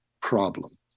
problem